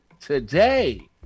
today